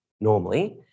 normally